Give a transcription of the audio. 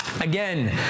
Again